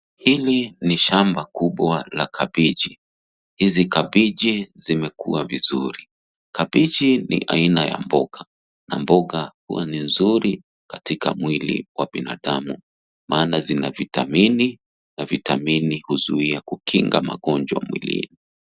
Hili ni shamba kubwa la kabeji. Hizi kabeji zimekua vizuri .Kabeji ni aina ya mboga na mboga huwa ni nzuri katika mwili wa binadamu maana zina vitamini na vitamini huzuia kukinga magonjwa mwilini.